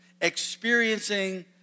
Experiencing